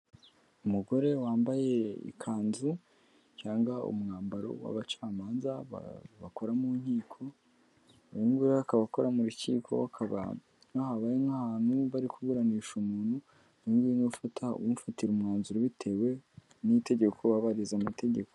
Umugore wambaye ikanzu, cyangwa umwambaro w'abacamanza bakora mu nkiko, uyu nguyu akaba akora mu rukiko, akaba habaye nk'ahantu bari kuburanisha umuntu, uyu niwe ni ufata umufatira umwanzuro, bitewe n'itegeko baba buhiriza amategeko.